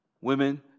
Women